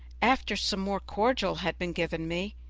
after some more cordial had been given me,